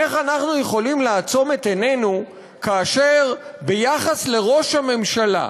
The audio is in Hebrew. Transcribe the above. איך אנחנו יכולים לעצום את עינינו כאשר ביחס לראש הממשלה,